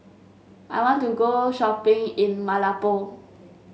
I want to go shopping in Malabo